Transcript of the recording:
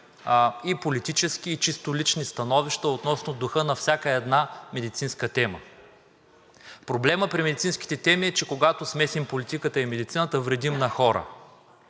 и политически, и чисто лични становища относно духа на всяка една медицинска тема. Проблемът при медицинските теми е, че когато смесим политиката и медицината, вредим на хора.